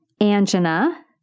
angina